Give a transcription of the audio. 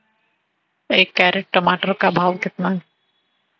एक कैरेट टमाटर का भाव कितना है?